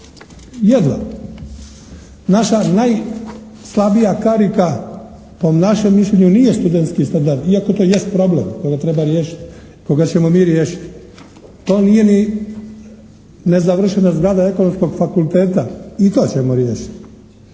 Jedva. Naša najslabija karika po našem mišljenju nije studentski standard iako to jest problem kojeg treba riješiti, koga ćemo mi riješiti. To nije ni nezavršena zgrada ekonomskog fakulteta, i to ćemo riješiti.